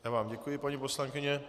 Já vám děkuji, paní poslankyně.